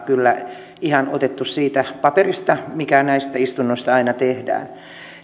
kyllä ihan suoraan otettu siitä paperista mikä näistä istunnoista aina tehdään